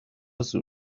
زور